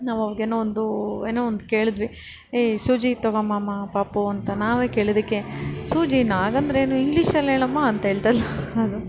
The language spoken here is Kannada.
ನಾವು ಅವ್ಳಿಗೇನೊ ಒಂದು ಏನೊ ಒಂದು ಕೇಳಿದ್ವಿ ಎಯ್ ಸೂಜಿ ತಗೊಂಬಾಮ್ಮ ಪಾಪು ಅಂತ ನಾವೇ ಕೇಳಿದ್ದಕ್ಕೆ ಸೂಜಿನಾ ಹಾಗೆಂದರೇನು ಇಂಗ್ಲಿಷಲ್ಲಿ ಹೇಳಮ್ಮ ಅಂತ ಹೇಳ್ತಾಯಿದ್ಲು ಅದು